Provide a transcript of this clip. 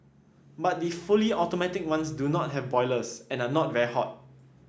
but the fully automatic ones do not have boilers and are not very hot